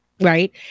Right